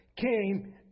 came